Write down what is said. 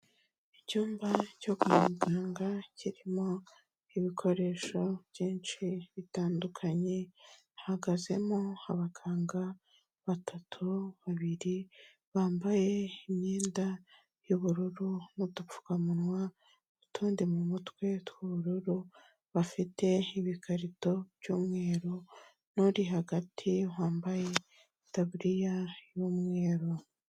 Icyumba cyo kwa muganga kirimo ibikoresho byinshi bitandukanye, hahagazemo abaganga batatu, babiri bambaye imyenda y'ubururu n'udupfukamunwa, utundi mu mutwe tw'ubururu, bafite ibikarito by'umweru, n'uri hagati wambaye itaburiya y'umweru.